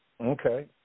Okay